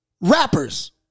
Rappers